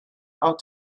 out